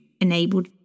enabled